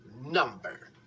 number